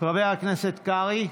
חבר הכנסת קרעי,